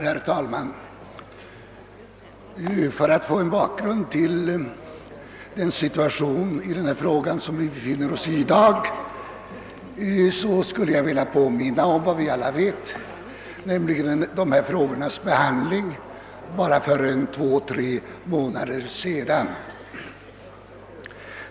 Herr talman! Som bakgrund till dagens situation när det gäller denna fråga vill jag påminna om ärendets behandling för bara två, tre månader sedan.